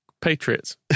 Patriots